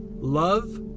love